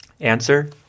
Answer